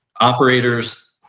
operators